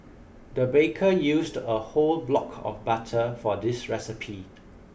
the baker used a whole block of butter for this recipe